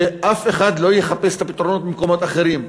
שאף אחד לא יחפש את הפתרונות במקומות אחרים.